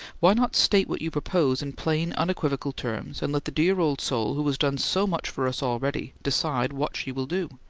why not state what you propose in plain, unequivocal terms, and let the dear, old soul, who has done so much for us already, decide what she will do?